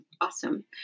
Awesome